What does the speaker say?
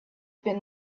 been